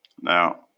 Now